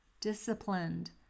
disciplined